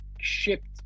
shipped